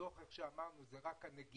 הדו"ח, כפי שאמרנו, זה רק הנגיעות,